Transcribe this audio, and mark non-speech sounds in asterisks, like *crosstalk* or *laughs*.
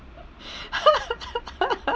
*laughs*